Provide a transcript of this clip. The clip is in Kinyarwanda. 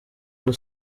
ubu